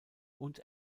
und